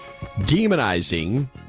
demonizing